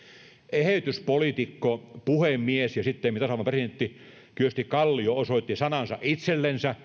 eheytyspoliitikko puhemies ja sittemmin tasavallan presidentti kyösti kallio osoitti sanansa itsellensä